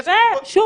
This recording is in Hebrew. שוב,